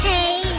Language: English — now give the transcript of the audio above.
Hey